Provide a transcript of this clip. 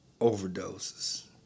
overdoses